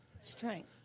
strength